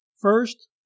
First